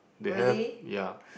they have ya